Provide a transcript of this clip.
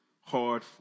hard